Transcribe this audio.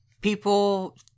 People